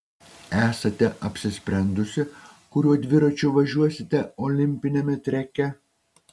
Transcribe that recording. esate apsisprendusi kuriuo dviračiu važiuosite olimpiniame treke